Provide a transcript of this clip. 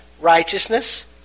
righteousness